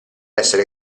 essere